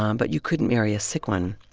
um but you couldn't marry a sick one.